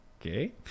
okay